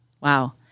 Wow